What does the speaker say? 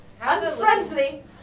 unfriendly